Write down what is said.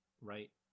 right